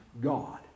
God